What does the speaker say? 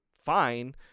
fine